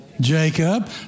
Jacob